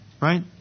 Right